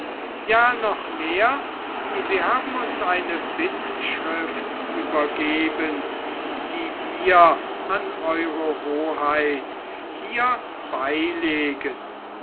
ja noch mehr sie haben uns eine bittschrift übergeben die wir an ew hoheit hier beilegen